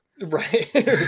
right